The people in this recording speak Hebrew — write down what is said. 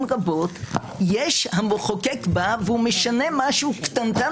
רבות המחוקק בא והוא משנה משהו קטנטן.